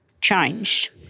changed